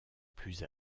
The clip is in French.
plus